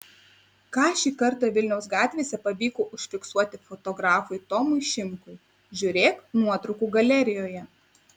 ką šį kartą vilniaus gatvėse pavyko užfiksuoti fotografui tomui šimkui žiūrėk nuotraukų galerijoje